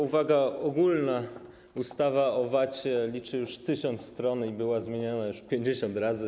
Uwaga ogólna: ustawa o VAT liczy już tysiąc stron i była zmieniana już 50 razy.